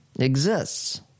Exists